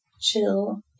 chill